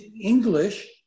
English